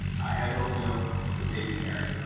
i had oatmeal with baby carrots